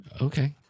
Okay